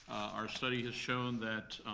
our study has shown that